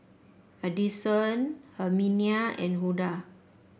Adyson Herminia and Hulda